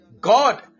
God